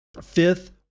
fifth